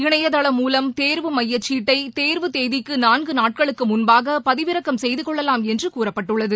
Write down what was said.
இணையதளம் மூலம் தேர்வு மையசீட்டை தேர்வு தேதிக்குநான்குநாட்களுக்குமுன்பாகபதிவிறக்கம் செய்துகொள்ளலாம் என்றுகூறப்பட்டுள்ளது